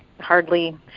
hardly